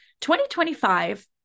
2025